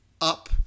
up